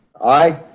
aye.